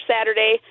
saturday